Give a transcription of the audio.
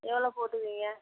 எவ்வளோ போட்டுபிங்க